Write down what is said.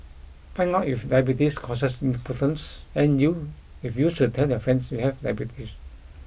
find out if diabetes causes impotence and you if you should tell your friends you have diabetes